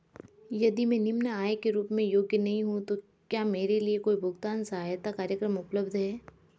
यदि मैं निम्न आय के रूप में योग्य नहीं हूँ तो क्या मेरे लिए कोई भुगतान सहायता कार्यक्रम उपलब्ध है?